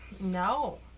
No